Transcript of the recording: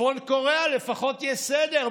קוריאה לפחות יש סדר,